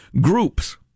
groups